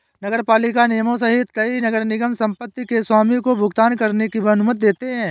नगरपालिका निगमों सहित कई नगर निगम संपत्ति के स्वामी को भुगतान करने की अनुमति देते हैं